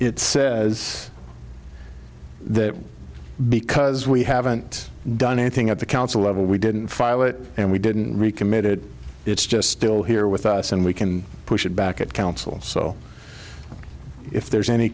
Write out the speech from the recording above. it says that because we haven't done anything at the council level we didn't file it and we didn't really committed it's just still here with us and we can push it back at council so if there's any